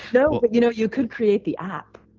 no, but you know you could create the app.